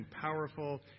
powerful